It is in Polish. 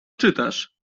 czytasz